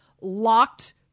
locked